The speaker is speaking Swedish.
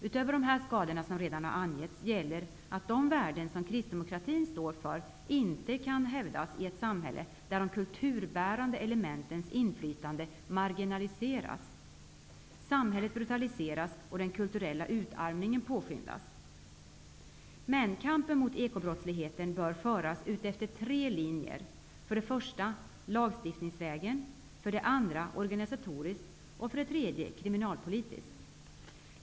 Utöver de skador som har angetts, gäller att de värden som kristdemokratin står för inte kan hävdas i ett samhälle där de kulturbärande elementens inflytande marginaliseras. Samhället brutaliseras, och den kulturella utarmningen påskyndas. Kampen mot ekobrottsligheten bör föras utefter tre linjer: för det första lagstiftningsvägen, för det andra organisatoriskt och för det tredje kriminalpolitiskt.